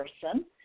person